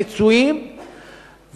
רצויים,